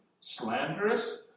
slanderous